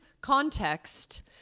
context